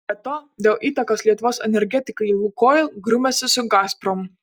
be to dėl įtakos lietuvos energetikai lukoil grumiasi su gazprom